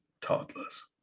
toddlers